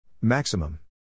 Maximum